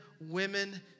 women